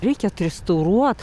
reikia atrestauruot